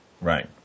right